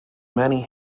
many